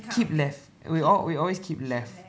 keep left we all we always keep left